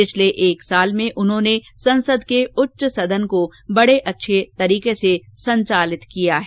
पिछले एक साल में उन्होंने संसद के उच्च सदन का बडे अच्छे तरीके से संचालन किया है